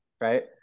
right